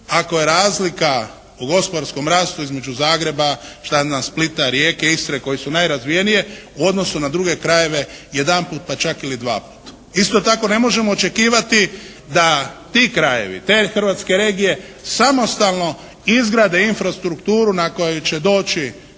ako je razlika u gospodarskom rastu između Zagreba, šta ja znam Splita, Rijeke, Istre koje su najrazvijenije u odnosu na druge krajeve jedanput pa čak ili dva put. Isto tako ne možemo očekivati da ti krajevi, te hrvatske regije samostalno izgrade infrastrukturu na koju će doći